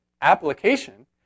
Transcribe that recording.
application